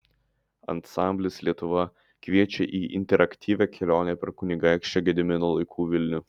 ansamblis lietuva kviečia į interaktyvią kelionę per kunigaikščio gedimino laikų vilnių